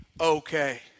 okay